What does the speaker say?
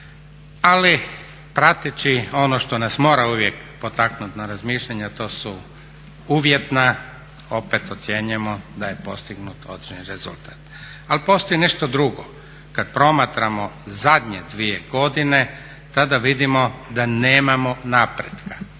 Ali prateći ono što nas mora uvijek potaknut na razmišljanje, a to su uvjetna opet ocjenjujemo da je postignut određeni rezultat. Ali postoji nešto drugo, kad promatramo zadnje dvije godine tada vidimo da nemamo napretka